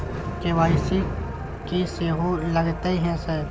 KYC की सेहो लगतै है सर?